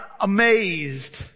amazed